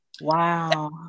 Wow